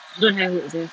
don't high hope sia